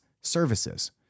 services